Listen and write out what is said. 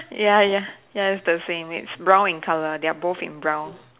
ya ya ya it's the same it's brown in color they're both in brown